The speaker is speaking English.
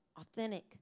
authentic